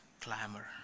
clamor